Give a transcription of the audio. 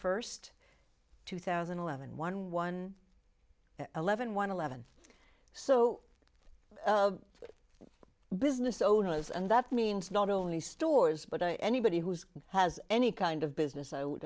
first two thousand and eleven one one eleven one eleven so business owners and that means not only stores but anybody who's has any kind of business i would